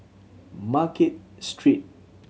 Market Street